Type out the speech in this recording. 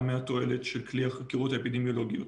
מהתועלת של כלי החקירות האפידמיולוגיות.